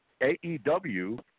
AEW